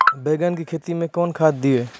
बैंगन की खेती मैं कौन खाद दिए?